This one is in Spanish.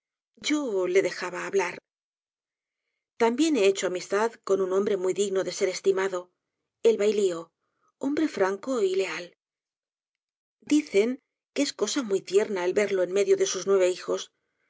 le dejaba hablar también he hecho amistad con un hombre muy digno de ser estimado el baílío hombre franco y leal dicen que es cosa muy tierna el verlo en medio de sus nueve hijos